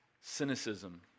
cynicism